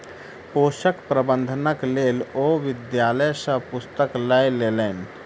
पोषक प्रबंधनक लेल ओ विद्यालय सॅ पुस्तक लय लेलैन